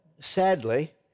sadly